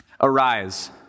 Arise